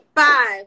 Five